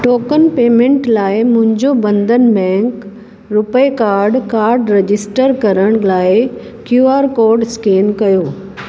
token payment लाइ मुंहिंजो Bandhan bank RuPay card card register करण लाइ क्यू आर कोड स्केन कयो